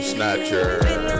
Snatcher